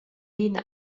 vin